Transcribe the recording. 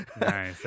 Nice